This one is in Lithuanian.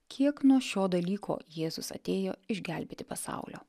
kiek nuo šio dalyko jėzus atėjo išgelbėti pasaulio